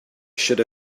should